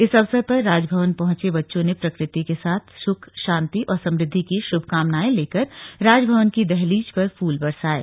इस अवसर पर राजभवन पहुंचे बच्चों ने प्रकृति के साथ सुख शान्ति और समृद्धि की शुभकामनाएं लेकर राजभवन की दहलीज पर फूल बरसाये